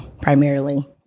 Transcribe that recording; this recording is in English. primarily